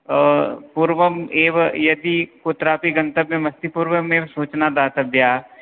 पूर्वं एव यदि कुत्रापि गन्तव्यमस्ति पूर्वं एव सूचना दातव्या